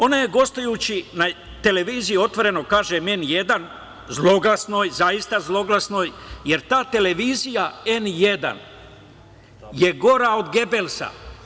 Ona je gostujući na televiziji, otvoreno kažem N1, zloglasnoj, zaista zloglasnoj, jer ta televizija N1 je gora od Gebelsa.